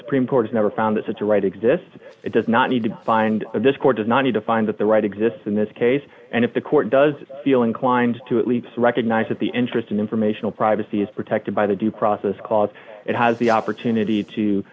supreme court has never found that such a right exists it does not need to find that this court does not need to find that the right exists in this case and if the court does feel inclined to at least recognize that the interest in informational privacy is protected by the due process clause it has the opportunity to